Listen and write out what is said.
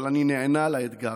אבל אני נענה לאתגר.